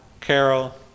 Carol